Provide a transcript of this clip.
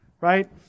Right